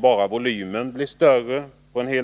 bara volymen blir större.